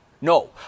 No